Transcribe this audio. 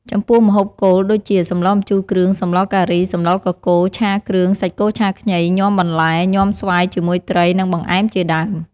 ចំពោះម្ហូបគោល ដូចជា សម្លម្ជូរគ្រឿង សម្លការី សម្លកកូរ ឆាគ្រឿង សាច់គោឆាខ្ញី ញាំបន្លែ ញាំស្វាយជាមួយត្រី និងបង្អែមជាដើម។